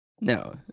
No